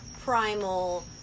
primal